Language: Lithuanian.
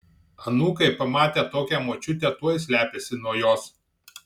anūkai pamatę tokią močiutę tuoj slepiasi nuo jos